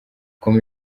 com